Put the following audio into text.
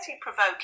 provoking